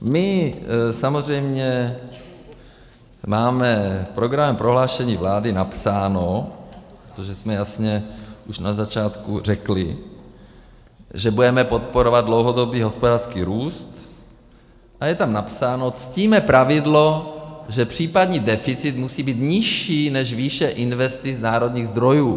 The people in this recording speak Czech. My samozřejmě máme v programovém prohlášení vlády napsáno, jasně jsme už na začátku řekli, že budeme podporovat dlouhodobý hospodářský růst, a je tam napsáno: ctíme pravidlo, že případný deficit musí být nižší než výše investic z národních zdrojů.